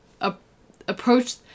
approach